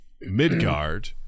Midgard